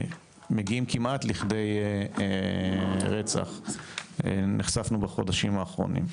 שמגיעים כמעט לכדי רצח, נחשפנו בחודשים האחרונים.